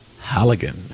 Halligan